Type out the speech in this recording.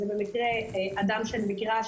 זה במקרה אדם שאני מכירה,